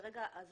כרגע זה